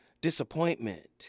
disappointment